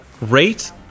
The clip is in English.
Rate